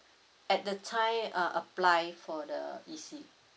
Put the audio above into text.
at the time uh apply for the E_C